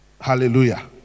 hallelujah